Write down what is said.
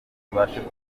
tubashe